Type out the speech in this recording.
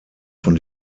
von